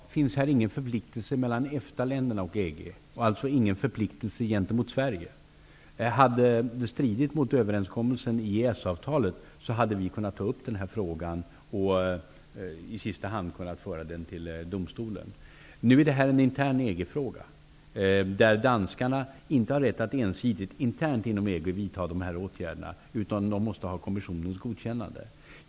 Herr talman! Som jag sade finns det inte någon förpliktelse mellan EFTA-länderna och EG och alltså ingen förpliktelse gentemot Sverige. Hade det stridit mot överenskommelsen i EES-avtalet, hade vi kunnat ta upp frågan och i sista hand kunnat föra den till domstolen. Nu är det här en intern EG-fråga. Danskarna har inte rätt att ensidigt, internt inom EG, vidta de här åtgärderna, utan de måste ha Kommissionens godkännande.